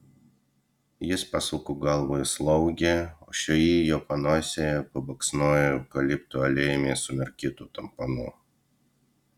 jis pasuko galvą į slaugę o šioji jo panosėje pabaksnojo eukalipto aliejumi sumirkytu tamponu